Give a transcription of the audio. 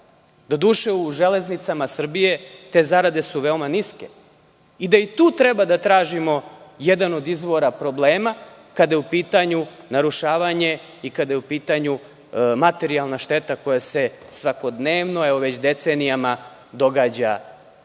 doduše u „Železnicama Srbije“ te zarade su veoma niske i da i tu treba da tražimo jedan od izvora problema, kada je u pitanju narušavanje i kada je u pitanju materijalna šteta koja se svakodnevno, već decenijama događa